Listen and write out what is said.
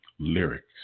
lyrics